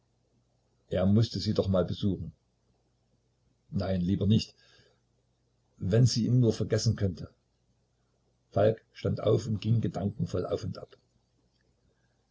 er mußte sie doch mal besuchen nein lieber nicht wenn sie ihn nur vergessen könnte falk stand auf und ging gedankenvoll auf und ab